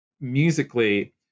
musically